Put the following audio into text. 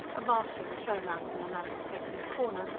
a bathroom thrown out in an unexpected corner,